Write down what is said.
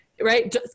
right